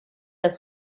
das